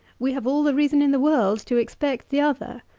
we have all the reason in the world to expect the other.